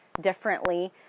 differently